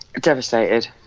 devastated